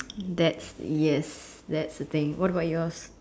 that's yes that's the thing what about yours